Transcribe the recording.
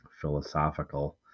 philosophical